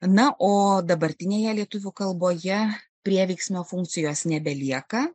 na o dabartinėje lietuvių kalboje prieveiksmio funkcijos nebelieka